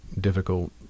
difficult